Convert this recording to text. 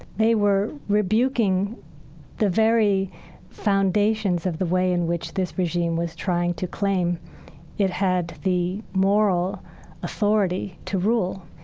they were rebuking the very foundations of the way in which this regime was trying to claim it had the moral authority to rule.